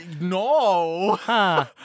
No